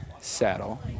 saddle